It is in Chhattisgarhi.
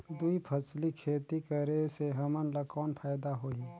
दुई फसली खेती करे से हमन ला कौन फायदा होही?